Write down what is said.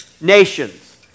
nations